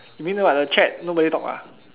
you mean what the chat nobody talk ah